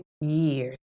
years